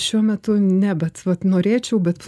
šiuo metu ne bet vat norėčiau bet